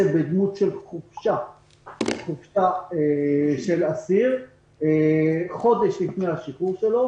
בדמות חופשה של אסיר חודש לפני השחרור שלו.